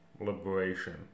liberation